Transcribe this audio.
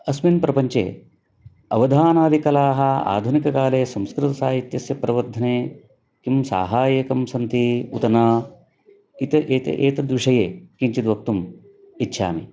अस्मिन् प्रपञ्चे अवधनादिकलाः आधुनिककाले संस्कृतसाहित्यस्य प्रवर्धने किं साहाय्यकं सन्ति उत न इत् एते एतद्विषये किञ्चिद्वक्तुम् इच्छामि